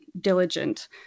diligent